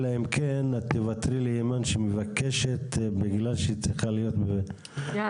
אלא אם כן את תוותרי לאימאן שמבקשת בגלל שהיא צריכה להיות --- יאללה.